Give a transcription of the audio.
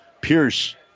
Pierce